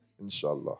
Inshallah